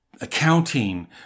accounting